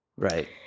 Right